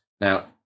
Now